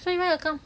so you wanna come